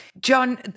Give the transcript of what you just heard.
john